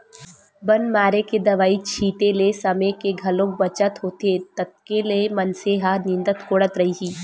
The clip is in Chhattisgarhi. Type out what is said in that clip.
बन मारे के दवई छिते ले समे के घलोक बचत होथे कतेक ल मनसे ह निंदत कोड़त रइही